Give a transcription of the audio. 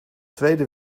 tweede